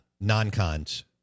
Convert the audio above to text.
non-cons